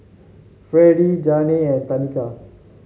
Fredie Janey and Tanika